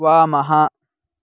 वामः